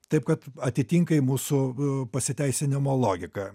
taip kad atitinka ji mūsų pasiteisinimo logiką